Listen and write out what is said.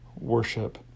worship